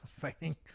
fighting